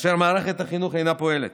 כאשר מערכת החינוך אינה פועלת.